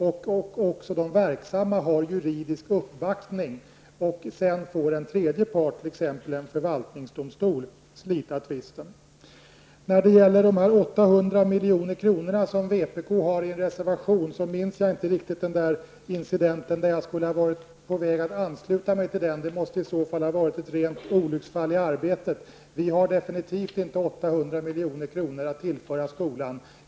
Även de lokalt verksamma har juridisk uppbackning, och sedan får en tredje part, t.ex. en förvaltningsdomstol, slita tvisten. När det gäller de 800 milj.kr. som vpk föreslår i sin reservation minns jag inte riktigt den incidenten att jag skulle ha varit på väg att ansluta mig till det förslaget. Det måste i så fall ha varit ett olycksfall i arbetet. Vi har alldeles avgjort inte 800 milj.kr. att tillföra skolan.